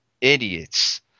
idiots